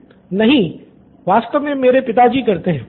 student 3 नहीं वास्तव में मेरे पिताजी करते हैं